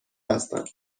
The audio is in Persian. هستند